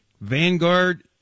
Vanguard